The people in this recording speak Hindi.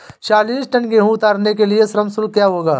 चालीस टन गेहूँ उतारने के लिए श्रम शुल्क क्या होगा?